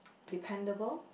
dependable